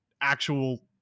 actual